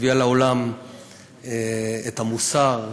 הביאה לעולם את המוסר,